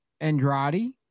Andrade